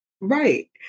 right